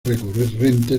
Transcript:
recurrente